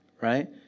right